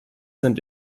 sind